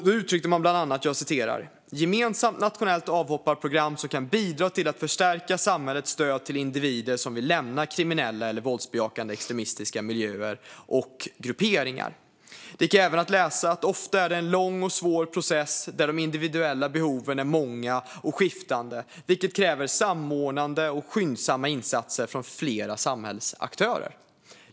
Då uttryckte man bland annat att "ett gemensamt nationellt avhopparprogram . ska bidra till att förstärka samhällets stöd till individer som vill lämna kriminella eller våldsbejakande extremistiska miljöer och grupperingar". Det gick även att läsa att det ofta är en lång och svår process där de individuella behoven är många och skiftande, vilket kräver samordnande och skyndsamma insatser från flera samhällsaktörer.